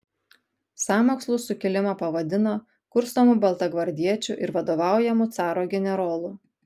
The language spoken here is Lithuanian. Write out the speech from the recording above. sąmokslu sukilimą pavadino kurstomu baltagvardiečių ir vadovaujamu caro generolų